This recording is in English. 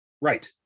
Right